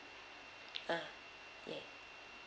uh ya